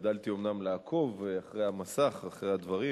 השתדלתי אומנם לעקוב על המסך אחרי הדברים,